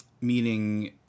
meaning